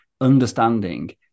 understanding